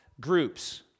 groups